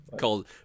called